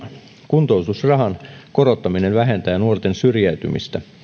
kuntoutusrahan korottaminen vähentää nuorten syrjäytymisestä